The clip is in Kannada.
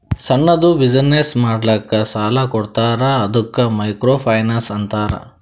ಸಣ್ಣುದ್ ಬಿಸಿನ್ನೆಸ್ ಮಾಡ್ಲಕ್ ಸಾಲಾ ಕೊಡ್ತಾರ ಅದ್ದುಕ ಮೈಕ್ರೋ ಫೈನಾನ್ಸ್ ಅಂತಾರ